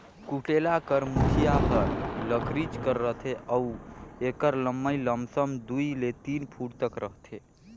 कुटेला कर मुठिया हर लकरिच कर रहथे अउ एकर लम्मई लमसम दुई ले तीन फुट तक रहथे